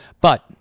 But-